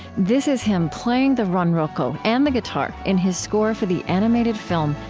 this is him playing the ronroco and the guitar in his score for the animated film,